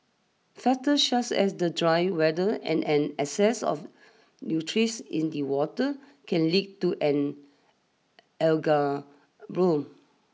factors such as the dry weather and an excess of nutrients in the water can lead to an algae bloom